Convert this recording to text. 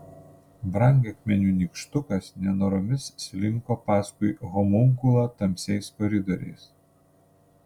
brangakmenių nykštukas nenoromis slinko paskui homunkulą tamsiais koridoriais